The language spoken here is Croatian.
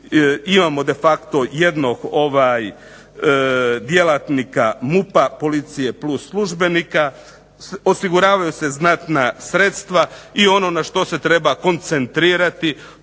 imamo de facto jednog djelatnika MUP-a, policije plus službenika, osiguravaju se znatna sredstva i ono na što se treba koncentrirati